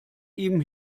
ihm